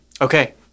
Okay